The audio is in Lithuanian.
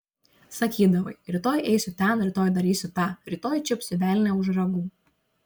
sakydavai rytoj eisiu ten rytoj darysiu tą rytoj čiupsiu velnią už ragų